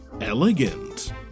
elegant